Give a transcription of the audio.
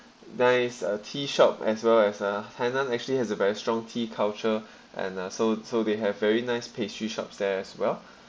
nice uh tea shop as well as uh tainan actually has a very strong tea culture and uh so so they have very nice pastry shops there as well